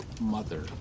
mother